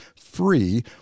free